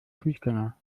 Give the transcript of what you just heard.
fußgänger